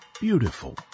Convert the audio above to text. beautiful